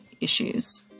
issues